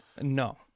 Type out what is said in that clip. No